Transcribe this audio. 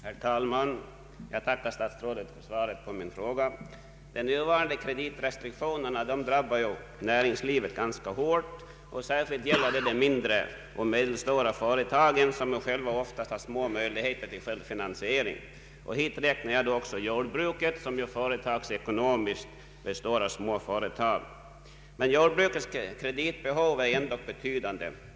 Herr talman! Jag tackar statsrådet för svaret på min fråga. De nuvarande kreditrestriktionerna drabbar näringslivet ganska hårt, och särskilt då de mindre och medelstora företagen som själva oftast har små möjligheter till självfinansiering. Hit räknar jag då även jordbruket, som ju företagsekonomiskt består av små företag. Men jordbrukets kreditbehov är ändock betydande.